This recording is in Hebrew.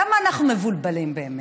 למה אנחנו מבולבלים, באמת?